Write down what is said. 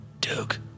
Duke